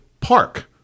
park